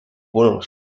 wohnung